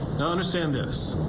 and understand this.